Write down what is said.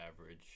average